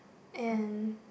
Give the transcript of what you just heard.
and